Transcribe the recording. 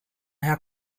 herr